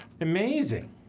Amazing